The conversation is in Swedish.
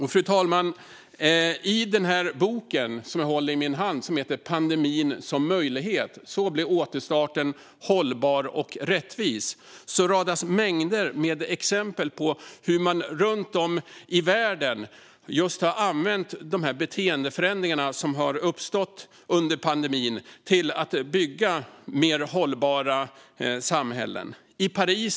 I den bok som jag håller min hand och som heter Pandemin som möjlighet - Så blir återstarten hållbar och rättvis radas mängder med exempel upp på hur man runt om i världen har använt de beteendeförändringar som har uppstått under pandemin för att bygga mer hållbara samhällen.